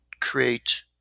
create